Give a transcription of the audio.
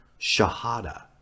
Shahada